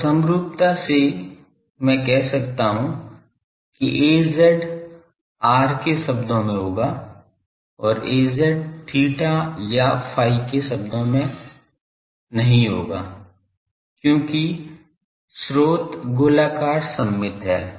और समरूपता से मैं कह सकता हूं कि Az r के शब्दों में होगा और Az theta या phi के शब्दों में नहीं होगा क्योंकि स्रोत गोलाकार सममित है